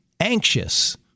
anxious